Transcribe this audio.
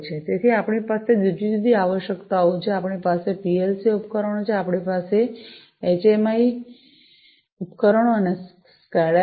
તેથી આપણી પાસે જુદી જુદી આવશ્યકતાઓ છે આપણી પાસે પીએલસી ઉપકરણો છે આપણી પાસે એચએમઆઈ એચએમઆઈ ઉપકરણો અને સ્કાડા છે